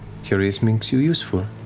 curious means you're useful.